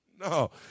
No